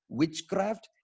witchcraft